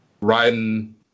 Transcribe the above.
riding